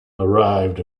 arrived